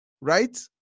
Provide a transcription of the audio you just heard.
right